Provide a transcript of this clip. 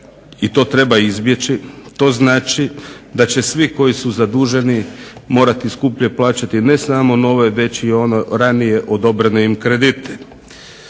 i to treba izbjeći, to znači da će svi koji su zaduženi morati skuplje plaćati ne samo nove već i ono ranije odobrene im kredite.